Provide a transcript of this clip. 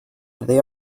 they